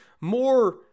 more